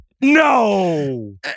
No